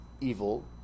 evil